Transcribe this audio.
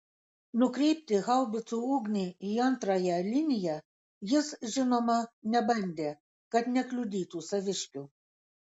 nukreipti haubicų ugnį į antrąją liniją jis žinoma nebandė kad nekliudytų saviškių